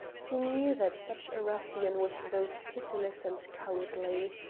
he knew that such a ruffian was both pitiless and cowardly.